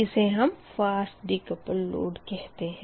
इसे हम fast decouple load कहते है